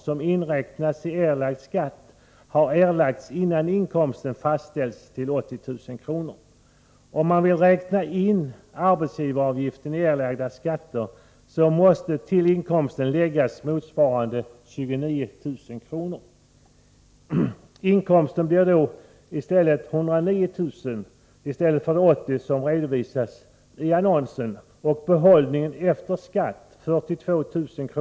som inräknats i erlagd skatt har erlagts innan inkomsten fastställts till 80 000 kr. Om man vill räkna in arbetsgivaravgiften i erlagda skatter, måste till inkomsten läggas motsvarande belopp, 29000 kr. Inkomsten blir då 109 000 kr. i stället för de 80 000 kr. som redovisas i annonsen, och behållningen efter skatt 42 000 kr.